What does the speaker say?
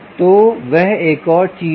तो वह एक और चीज़ है